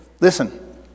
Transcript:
Listen